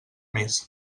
més